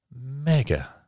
mega